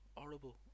horrible